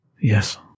Yes